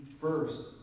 first